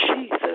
Jesus